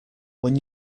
when